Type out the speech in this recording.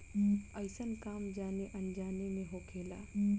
अइसन काम जाने अनजाने मे होखेला